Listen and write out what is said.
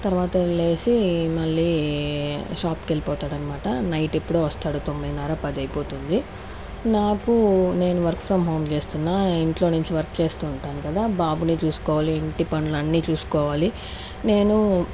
తర్వాత లేసి మళ్ళీ షాప్ కి వెళ్ళిపోతాడన్మాట నైట్ ఎప్పుడో వస్తాడు తొమ్మిదిన్నర్ర పదైపోతుంది నాకు నేను వర్క్ ఫ్రమ్ హోమ్ చేస్తున్నా ఇంట్లో నుంచి వర్క్ చేస్తుంటాను కదా బాబుని చూసుకోవాలి ఇంటి పనులన్నీ చూసుకోవాలి నేనూ